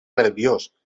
nerviós